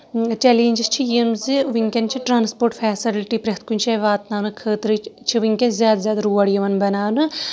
challenges چھِ یِم زِ وٕنکیٚن چھِ ٹرانسپوٹ فیسلٹی پرٮ۪تھ کُنہِ جایہِ واتناونہٕ خٲطرٕ چھِ وٕنکیٚن زیادٕ زیادٕ روڑ یِوان بَناونہٕ